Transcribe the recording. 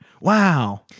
Wow